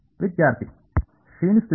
ವಿದ್ಯಾರ್ಥಿ ಕ್ಷೀಣಿಸುತ್ತಿದೆ